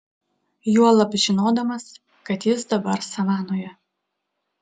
juolab žinodamas kad jis dabar savanoje